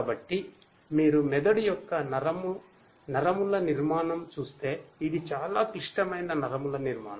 కాబట్టి మీరు మెదడు యొక్క నరము నరముల నిర్మాణం చూస్తే అది చాలా క్లిష్టమైన నరముల నిర్మాణం